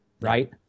right